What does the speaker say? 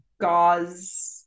gauze